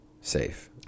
safe